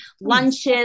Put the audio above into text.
lunches